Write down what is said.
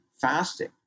fasting